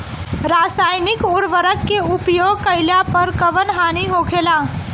रसायनिक उर्वरक के उपयोग कइला पर कउन हानि होखेला?